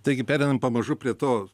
taigi pereinam pamažu prie to